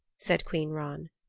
said queen ran.